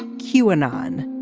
he went on.